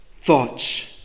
thoughts